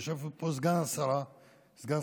ויושב פה סגן שרת החינוך,